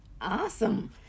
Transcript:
Awesome